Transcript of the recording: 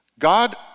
God